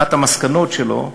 אחת המסקנות שלו הייתה,